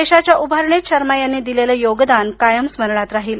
देशाच्या उभारणीत शर्मा यांनी दिलेले योगदान कायम स्मरणात राहील